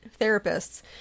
therapists